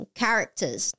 characters